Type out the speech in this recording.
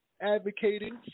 advocating